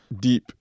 deep